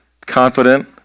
confident